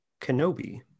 Kenobi